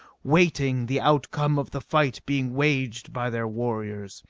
waiting the outcome of the fight being waged by their warriors.